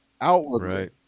outwardly